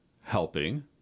helping